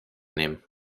nehmen